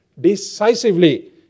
decisively